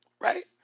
right